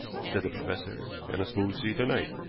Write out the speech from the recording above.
said the professor, and a smooth sea to-night.